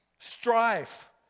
strife